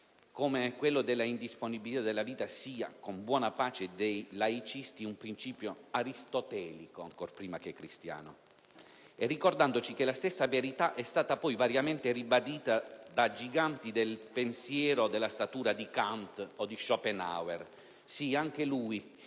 come quello della indisponibilità della vita sia con buona pace dei laicisti un principio aristotelico ancor prima che cristiano, ricordandoci che la stessa verità è stata poi variamente ribadita da giganti del pensiero della statura di Kant o di Schopenhauer (sì, anche lui,